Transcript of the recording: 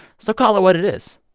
so call it what it is.